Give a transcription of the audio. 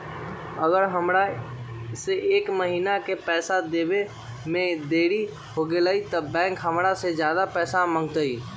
अगर हमरा से एक महीना के पैसा देवे में देरी होगलइ तब बैंक हमरा से ज्यादा पैसा मंगतइ?